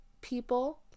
people